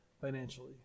financially